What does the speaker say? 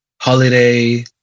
Holiday